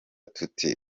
tuti